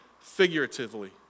figuratively